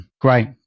Great